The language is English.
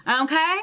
okay